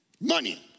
Money